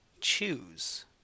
choose